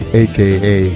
aka